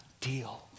deal